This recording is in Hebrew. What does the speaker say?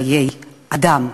חיי אדם.